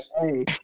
hey